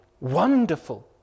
wonderful